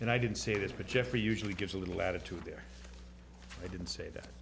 and i didn't say this but jeffrey usually gives a little latitude there i didn't say that